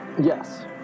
yes